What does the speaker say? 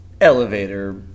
elevator